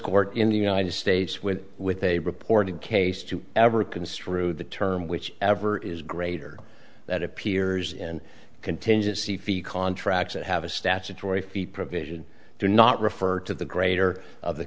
court in the united states with with a reported case to ever construe the term which ever is greater that appears in contingency fee contracts that have a statutory provision do not refer to the greater of the